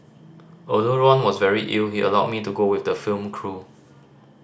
although Ron was very ill he allowed me to go with the film crew